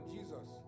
Jesus